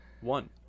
One